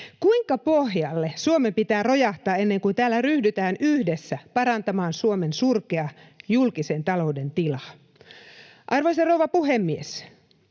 Kuinka pohjalle Suomen pitää rojahtaa ennen kuin täällä ryhdytään yhdessä parantamaan Suomen surkeaa julkisen talouden tilaa? Arvoisa rouva puhemies!